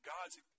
God's